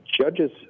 Judges